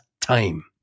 time